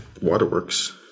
waterworks